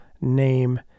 name